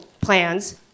plans